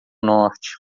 norte